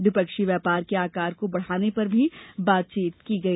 द्विपक्षीय व्यापार के आकार को बढ़ाने पर भी बातचीत की गई